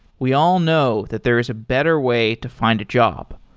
we all know that there is a better way to find a job.